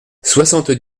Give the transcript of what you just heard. soixante